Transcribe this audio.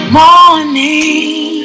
morning